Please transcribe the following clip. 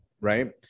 right